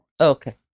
Okay